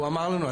הוא אמר לנו,